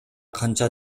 канча